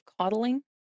coddling